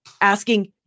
asking